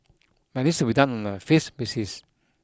but needs be done on a phase basis